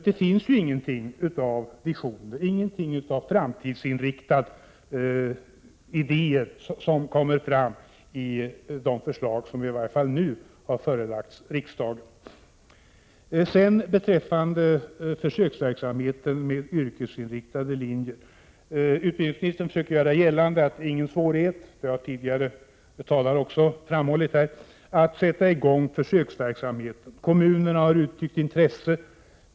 Det finns nämligen inga visioner eller framtidsinriktade idéer i det förslag som nu har förelagts riksdagen. Beträffande försöksverksamheten med yrkesinriktade linjer försöker utbildningsministern göra gällande att det inte föreligger några svårigheter att sätta i gång denna försöksverksamhet. Det har även tidigare talare framhållit. Det har sagts att kommuner har uttryckt intresse.